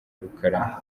rukarara